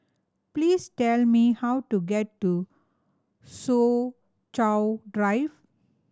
please tell me how to get to Soo Chow Drive